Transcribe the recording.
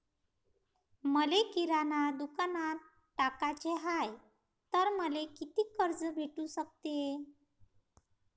मले किराणा दुकानात टाकाचे हाय तर मले कितीक कर्ज भेटू सकते?